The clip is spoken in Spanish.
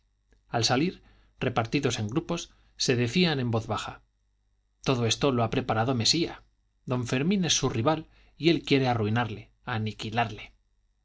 al salir repartidos en grupos se decían en voz baja todo esto lo ha preparado mesía don fermín es su rival y él quiere arruinarle aniquilarle